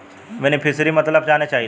बेनिफिसरीक मतलब जाने चाहीला?